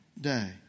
day